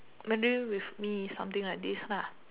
maybe with me something like this